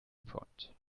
point